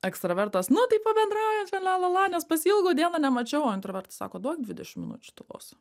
ekstravertas nu tai pabendraujam čia lalala nes pasiilgau dieną nemačiau o intravertas sako duok dvidešimt minučių tylos